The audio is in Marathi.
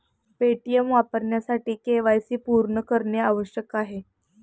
पेटीएम वापरण्यासाठी के.वाय.सी पूर्ण करणे आवश्यक आहे